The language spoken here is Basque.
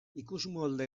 ikusmolde